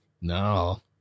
No